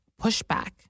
pushback